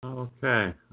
Okay